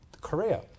Korea